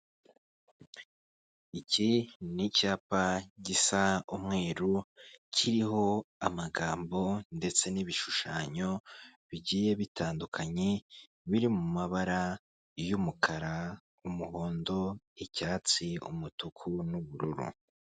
Iki ni icyapa gisa umweru kiriho amagambo ndetse n'ibishushanyo bigiye bitandukanye biri mu mabara y'umukara, umuhondo, icyatsi, umutuku n'ubururu.